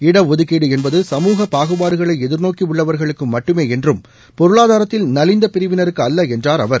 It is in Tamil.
இடஒதுக்கீடு என்பது சமூக பாகுபாடுகளை எதிர்நோக்கி உள்ளவர்களுக்கு மட்டுமே என்றும் பொருளாதாரத்தில்நலிந்த பிரிவினருக்கு அல்ல என்றார் அவர்